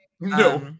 no